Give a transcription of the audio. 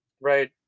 right